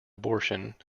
abortion